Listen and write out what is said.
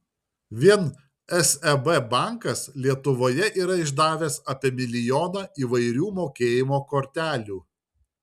vien seb bankas lietuvoje yra išdavęs apie milijoną įvairių mokėjimo kortelių